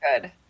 good